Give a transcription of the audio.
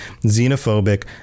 xenophobic